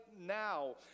now